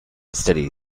steady